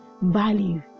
value